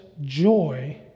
joy